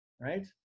Right